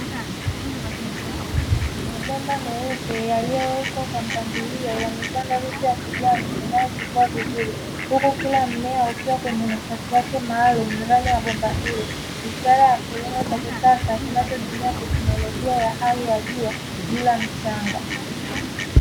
Mabomba meupe yaliyowekwa kwa mpangilio yamepandwa miti ya kijani inayochipua vizuri huku kila mmea ukiwa kwenye nafasi yake maalumu ndani ya bomba hilo, ishara ya kilimo cha kisasa kinachotumia teknolojia ya hali ya juu bila mchanga.